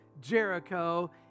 Jericho